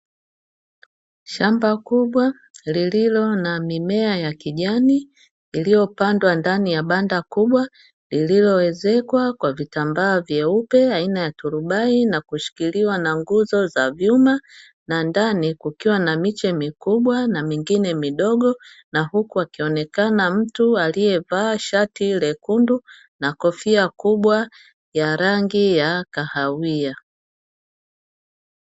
Shamba kubwa lililo na mimea ya kijani iliyopandwa ndani ya banda kubwa, lililoezekwa kwa vitambaa vyeupe aina ya turubai na kushikiliwa na nguzo za vyuma, na ndani kukiwa na miche mikubwa na mingine midogo na huku akionekana mtu aliyevaa shati lekundu na kofia kubwa ya rangi ya kahawia.